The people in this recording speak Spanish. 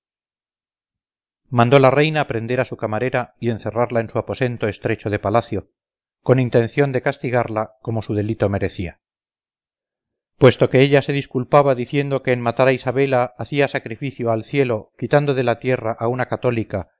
mandó la reina prender a su camarera y encerrarla en un aposento estrecho de palacio con intención de castigarla como su delito merecía puesto que ella se disculpaba diciendo que en matar a isabela hacía sacrificio al cielo quitando de la tierra a una cathólica